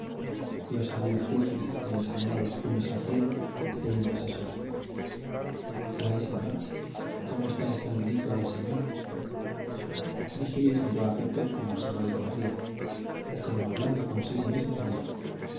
vio salir a frígilis que enseñaba los puños al cielo creyéndose solo qué hay señor cómo está ese bendito del señor frígilis miró a pepe como si no le conociera y como hablando consigo mismo dijo